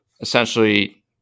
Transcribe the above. essentially